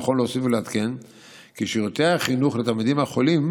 נכון להוסיף ולעדכן כי שירותי החינוך לתלמידים החולים